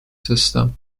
system